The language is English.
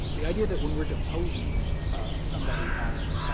the idea that when we're deposing somebody on,